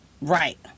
Right